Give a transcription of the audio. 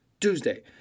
Tuesday